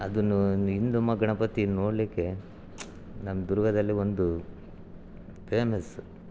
ಅದನ್ನೂ ನ್ ಹಿಂದು ಮಹಾಗಣಪತಿ ನೋಡಲಿಕ್ಕೆ ನಮ್ಮ ದುರ್ಗದಲ್ಲಿ ಒಂದು ಪೇಮಸ್ಸು